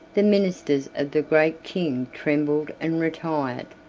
the ministers of the great king trembled and retired.